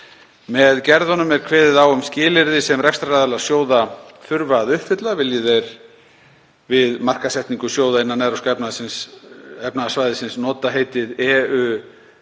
Með gerðunum er kveðið á um skilyrði sem rekstraraðilar sjóða þurfa að uppfylla vilji þeir við markaðssetningu sjóða innan Evrópska efnahagssvæðisins nota heitið EuVECA